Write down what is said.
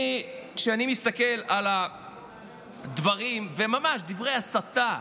כשאני מסתכל על הדברים, ממש דברי הסתה,